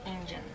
engine